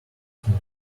king